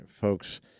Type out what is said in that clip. Folks